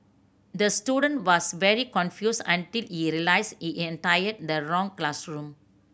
the student was very confused until he he entered the wrong classroom